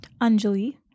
Anjali